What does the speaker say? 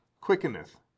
quickeneth